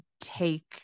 take